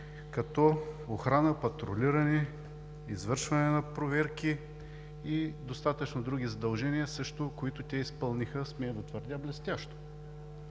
като охрана, патрулиране, извършване на проверки и също достатъчно други задължения, които те изпълниха, смея да твърдя, блестящо,